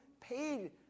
paid